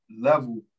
level